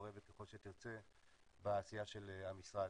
מעורבת ככל שתרצה בעשייה של המשרד.